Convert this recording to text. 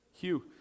Hugh